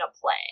play